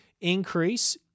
increase